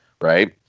right